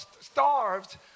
starved